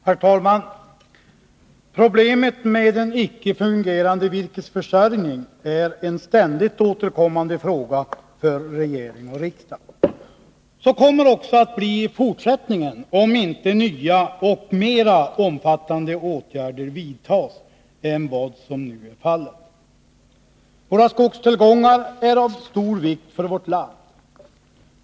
Herr talman! Problemet med en icke fungerande virkesförsörjning är en ständigt återkommande fråga för regering och riksdag. Så kommer det också att bli i fortsättningen, om inte nya och mer omfattande åtgärder vidtas än vad som nu är fallet. Våra skogstillgångar är av stor vikt för landet.